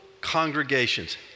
congregations